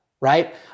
right